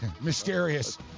Mysterious